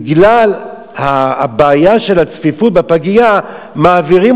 בגלל הבעיה של הצפיפות בפגייה מעבירים